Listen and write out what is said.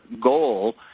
goal